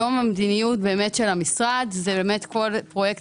היום המדיניות של המשרד היא שבכל פרויקט